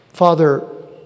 Father